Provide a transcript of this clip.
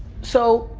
so,